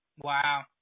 Wow